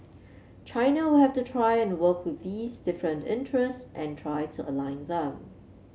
China will have to try and work with these different interests and try to align them